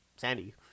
sandy